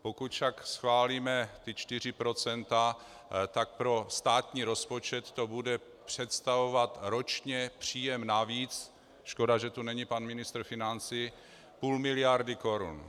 Pokud však schválíme 4 %, tak pro státní rozpočet to bude představovat ročně příjem navíc škoda, že tu není pan ministr financí půl miliardy korun.